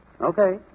Okay